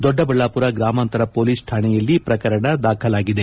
ದೊಡ್ಡಬಳ್ಳಾಪುರ ಗ್ರಾಮಾಂತರ ಪೊಲೀಸ್ ಠಾಣೆಯಲ್ಲಿ ಪ್ರಕರಣ ದಾಖಲಾಗಿದೆ